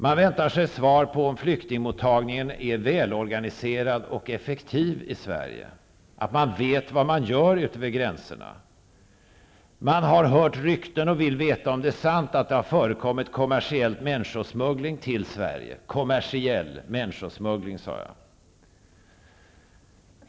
Man väntar sig också ett svar på flyktingmottagningen är välorganiserad och effektiv i Sverige, att man vet vad man gör utöver gränserna. Man har hört rykten och vill veta om det är sant att det har förekommit kommersiell människosmuggling till Sverige.